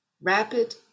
rapid